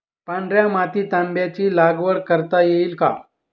पांढऱ्या मातीत आंब्याची लागवड करता येईल का?